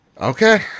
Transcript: Okay